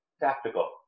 tactical